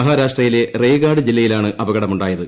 മഹാരാഷ്ട്രയിലെ റെയ്ഗാഡ് ജില്ലയിലാണ് അപകടമുണ്ടായത്